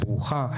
ברוכה,